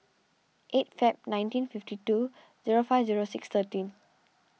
eight February nineteen fifty two zero five zero six thirteen